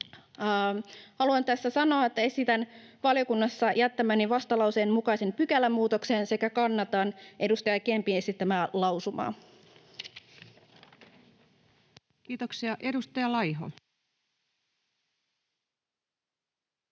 Haluan tässä sanoa, että esitän valiokunnassa jättämäni vastalauseen mukaisen pykälämuutoksen sekä kannatan edustaja Kempin esittämää lausumaa. Kiitoksia. — Edustaja Laiho.